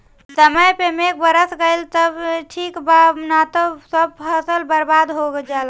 समय पे मेघ बरस गईल त ठीक बा ना त सब फसल बर्बाद हो जाला